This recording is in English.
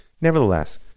Nevertheless